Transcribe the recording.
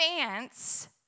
advance